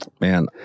man